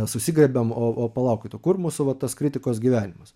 susigriebiam o palaukit o kur mūsų vat tas kritikos gyvenimas